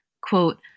Quote